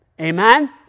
Amen